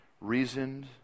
reasoned